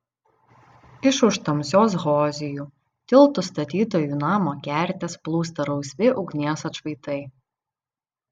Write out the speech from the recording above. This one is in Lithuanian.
iš už tamsios hozijų tiltų statytojų namo kertės plūsta rausvi ugnies atšvaitai